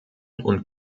und